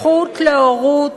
זכות להורות